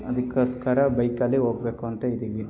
ಅದಕ್ಕೋಸ್ಕರ ಬೈಕಲ್ಲಿ ಹೋಗ್ಬೇಕು ಅಂತ ಇದ್ದೀನಿ